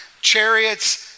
chariots